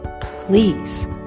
please